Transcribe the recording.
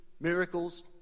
miracles